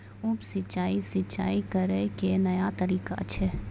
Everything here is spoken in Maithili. उप सिंचाई, सिंचाई करै के नया तरीका छै